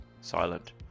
silent